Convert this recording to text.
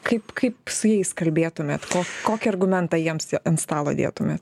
kaip kaip su jais kalbėtumėt kokį argumentą jiems ant stalo dėtume